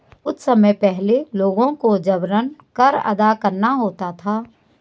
कुछ समय पहले लोगों को जबरन कर अदा करना होता था